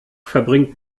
verbringt